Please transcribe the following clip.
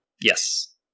Yes